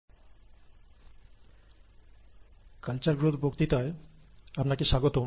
'culture growth' বক্তৃতায় আপনাকে স্বাগতম